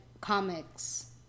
comics